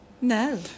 No